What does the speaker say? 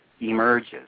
emerges